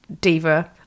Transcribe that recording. diva